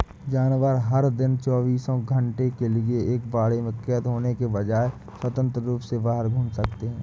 जानवर, हर दिन चौबीस घंटे के लिए एक बाड़े में कैद होने के बजाय, स्वतंत्र रूप से बाहर घूम सकते हैं